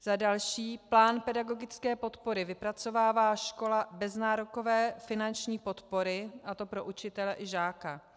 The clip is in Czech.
Za další, plán pedagogické podpory vypracovává škola bez nárokové finanční podpory, a to pro učitele i žáka.